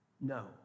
No